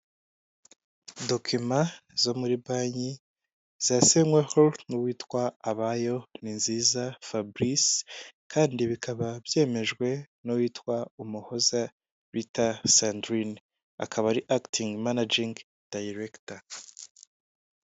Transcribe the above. Dokima zo muri banki za senyweho n'uwitwa Abayo Ninziza Fabrice kandi bikaba byemejwe n'uwitwa Umuhoza Rita Sandrine, akaba ari akitingi manajingi dayirekita.